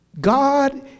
God